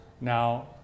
Now